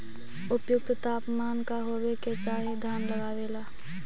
उपयुक्त तापमान का होबे के चाही धान लगावे ला?